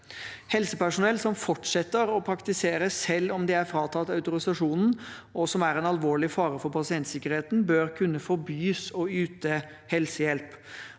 Helsepersonell som fortsetter å praktisere selv om de er fratatt autorisasjonen, og som er en alvorlig fare for pasientsikkerheten, bør kunne forbys å yte helsehjelp.